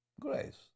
Grace